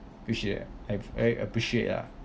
appreciate I I appreciate ah